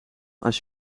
als